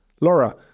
Laura